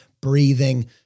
breathing